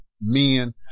men